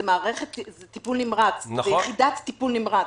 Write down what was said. זה יחידת טיפול נמרץ.